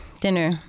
dinner